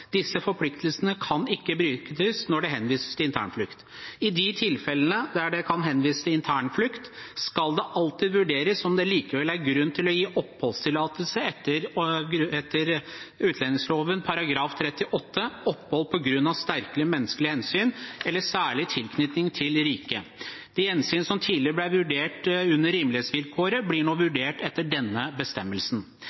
Disse forpliktelsene kan ikke brytes når det henvises til internflukt. I de tilfellene det kan henvises til internflukt, skal det alltid vurderes om det likevel er grunn til å gi oppholdstillatelse etter utlendingsloven § 38, Oppholdstillatelse på grunn av sterke menneskelige hensyn eller særlig tilknytning til riket. De hensynene som tidligere ble vurdert under rimelighetsvilkåret, blir nå